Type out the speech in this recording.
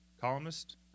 columnist